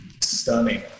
stunning